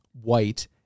white